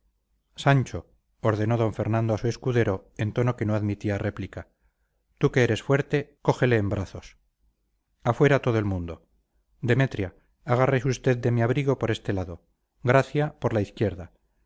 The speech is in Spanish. sancho ordenó d fernando a su escudero en tono que no admitía réplica tú que eres fuerte cógele en brazos afuera todo el mundo demetria agárrese usted de mi abrigo por este lado gracia por la izquierda